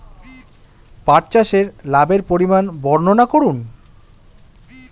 পাঠ চাষের লাভের পরিমান বর্ননা করুন?